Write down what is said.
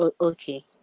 Okay